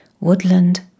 Woodland